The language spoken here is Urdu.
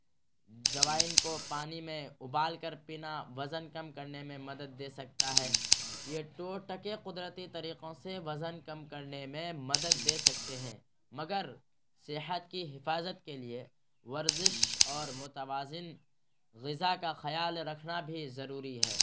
اجوائن کو پانی میں ابال کر پینا وزن کم کرنے میں مدد دے سکتا ہے یہ ٹوٹکے قدرتی طریقوں سے وزن کم کرنے میں مدد دے سکتے ہیں مگر صحت کی حفاظت کے لیے ورزش اور متوازن غذا کا خیال رکھنا بھی ضروری ہے